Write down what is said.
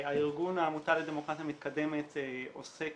הארגון העמותה לדמוקרטיה מתקדמת עוסק